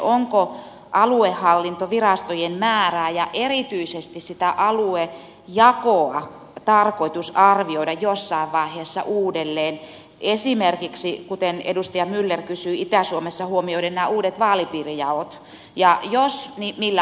onko aluehallintovirastojen määrää ja erityisesti sitä aluejakoa tarkoitus arvioida jossain vaiheessa uudelleen esimerkiksi kuten edustaja myller kysyi itä suomessa huomioiden nämä uudet vaalipiirijaot ja jos niin millä aikataululla